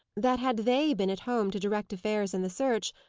that had they been at home to direct affairs in the search,